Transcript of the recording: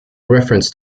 reference